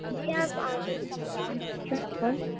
جی آپ آ سکتے شاپ پر